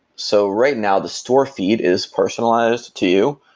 so right now, the store feed is personalized to you.